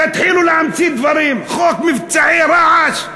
תתחילו להמציא דברים, חוק מפגעי רעש.